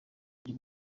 buryo